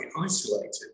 isolated